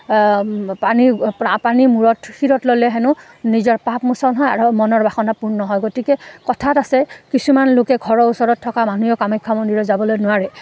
পানী পানীৰ মূৰত শিৰত ল'লে হেনো নিজৰ পাপ মোচন হয় আৰু মনৰ বাসনা পূৰ্ণ হয় গতিকে কথাত আছে কিছুমান লোকে ঘৰৰ ওচৰত থকা মানুহেও কামাখ্যা মন্দিৰত যাবলৈ নোৱাৰে